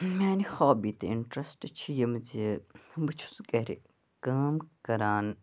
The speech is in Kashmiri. میانہِ ہابی تہٕ اِنٹرسٹ چھِ یِم زِ بہٕ چھُس گَرٕ کٲم کَران